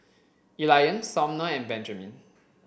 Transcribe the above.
Elian Sumner and Benjamin